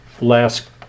last